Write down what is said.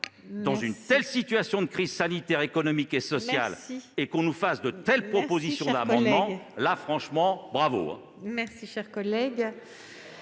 dans cette situation de crise sanitaire, économique et sociale, à entendre de telles propositions d'amendements. Franchement, bravo !